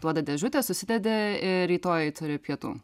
duoda dėžutę susidedi ir rytojui turi pietų